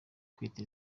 kwita